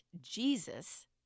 Jesus